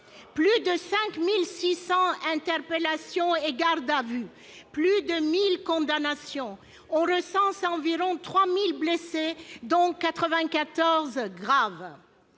plus de 5 600 interpellations et gardes à vue, plus de 1 000 condamnations ; on recense 3 000 blessés, dont 94 graves.